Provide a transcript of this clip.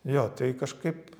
jo tai kažkaip